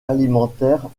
alimentaires